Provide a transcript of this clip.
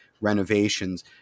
renovations